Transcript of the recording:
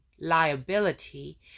liability